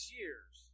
years